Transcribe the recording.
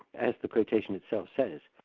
as the quotation itself says.